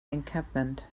encampment